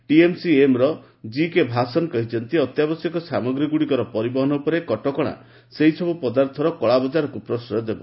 ଟିଏମ୍ସିଏମ୍ର ଜିକେ ଭାସନ କହିଛନ୍ତି ଅତ୍ୟାବଶ୍ୟକ ସାମଗ୍ରୀଗୁଡ଼ିକର ପରିବହନ ଉପରେ କଟକଣା ସେହିସବୁ ପଦାର୍ଥର କଳାବଜାରକୁ ପ୍ରଶ୍ରୟ ଦେବ